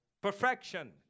Perfection